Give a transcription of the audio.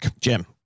Jim